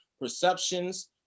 perceptions